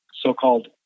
so-called